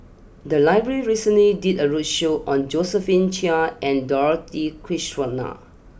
the library recently did a roadshow on Josephine Chia and Dorothy Krishnan